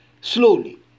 slowly